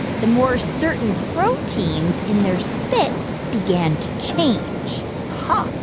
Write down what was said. the more certain proteins in their spit began to change huh.